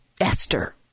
Esther